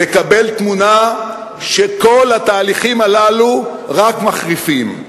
נקבל תמונה שכל התהליכים הללו רק מחריפים,